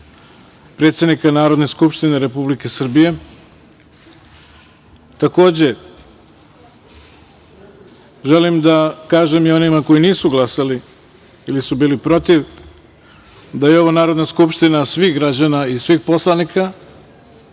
predsednika Narodne skupštine Republike Srbije. Takođe, želim da kažem i onima koji nisu glasali ili su bili protiv da je ovo Narodna skupština svih građana i svih poslanika